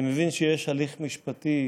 אני מבין שיש הליך משפטי,